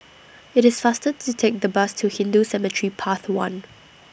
IT IS faster to Take The Bus to Hindu Cemetery Path one